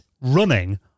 running